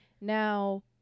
Now